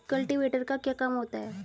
Cultivator का क्या काम होता है?